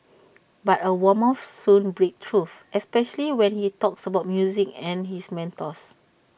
but A warmth soon breaks through especially when he talks about music and his mentors